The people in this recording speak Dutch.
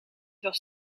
was